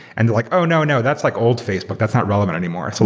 and like, oh, no, no. that's like old facebook. that's not relevant anymore. so